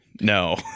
no